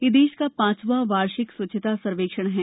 यह देश का पांचवां वार्षिक स्वच्छता सर्वेक्षण है